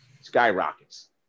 skyrockets